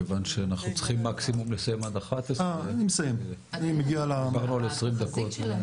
כיוון שאנחנו צריכים מקסימום לסיים עד 11:00. דיברנו על 20 דקות.